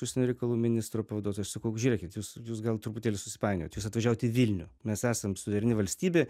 užsienio reikalų ministro pavaduotojas aš sakau žiūrėkit jūs jūs gal truputėlį susipainiot jūs atvažiuot į vilnių mes esam suvereni valstybė